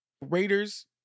Raiders